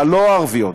הלא-ערביות דווקא.